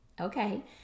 okay